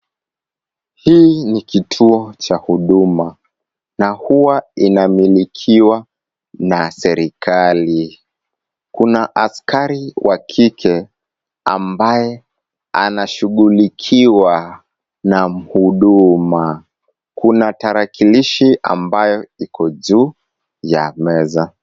Hii ni kituo cha huduma na huwa inamilikiwa na serikali .Kuna askari wa kike ambaye anashugulikiwa na mhuduma. Kuna tarakilishi ambayo iko juu ya meza.